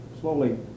slowly